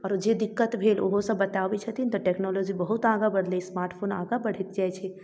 आओर ओ जे दिक्कत भेल ओहोसब बताबै छथिन तऽ टेक्नोलॉजी बहुत आगाँ बढ़लै स्मार्ट फोन आगाँ बढ़ैत जाइत छै